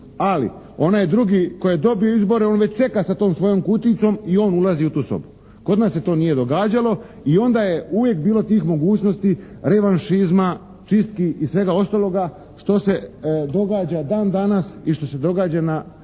Ali, onaj drugi tko je dobio izbore on već čeka sa tom svojom kutijicom i on ulazi u tu sobu. Kod nas se to nije događalo i onda je uvijek bilo tih mogućnosti revanšizma, čistki i svega ostaloga što se događa dan danas i što se događa na